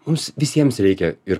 mums visiems reikia ir